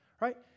right